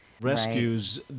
Rescues